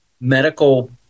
medical